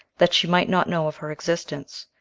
that she might not know of her existence.